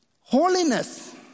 Holiness